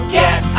get